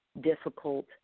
difficult